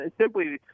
simply